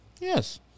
Yes